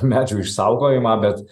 medžių išsaugojimą bet